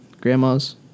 grandmas